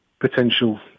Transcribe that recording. potential